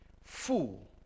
Fool